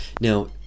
now